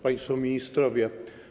Państwo Ministrowie!